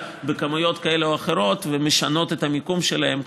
בכמויות כאלה או אחרות ומשנים את המיקום שלהם,